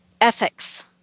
ethics